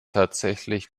tatsächlich